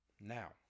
Now